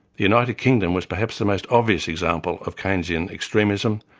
the united kingdom was perhaps the most obvious example of keynesian extremism,